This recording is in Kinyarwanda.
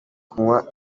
kunywa